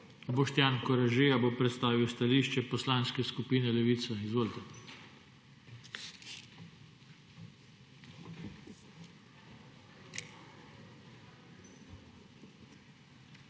Boštjan Koražija bo predstavil stališče Poslanske skupine Levica. Izvolite.